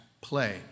play